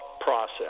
process